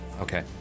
Okay